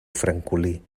francolí